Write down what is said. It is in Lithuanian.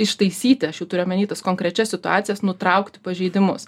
ištaisyti aš jau turiu omeny tas konkrečias situacijas nutraukt pažeidimus